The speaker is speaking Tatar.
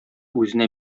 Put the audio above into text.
үзенә